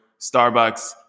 starbucks